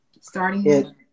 starting